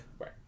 Right